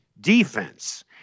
defense